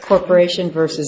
corporation versus